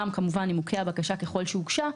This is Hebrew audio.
כמובן, גם נימוקי הבקשה ככל שהוגשה.